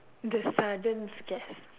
the saddens stress